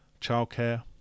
Childcare